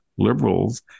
liberals